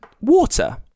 water